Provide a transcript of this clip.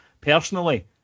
personally